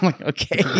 okay